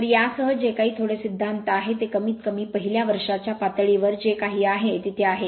तर यासह जे काही थोडे सिद्धांत आहे ते कमीतकमी पहिल्या वर्षाच्या पातळीवर जे काही आहे तिथे आहे